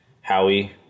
Howie